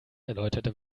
erläuterte